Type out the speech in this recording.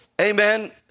amen